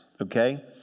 okay